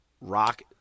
rock